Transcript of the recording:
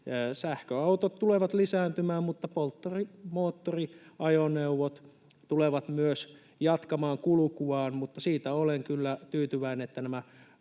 sähköautot tulevat lisääntymään, mutta polttomoottoriajoneuvot tulevat myös jatkamaan kulkuaan. Mutta siihen olen kyllä tyytyväinen, että nämä